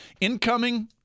incoming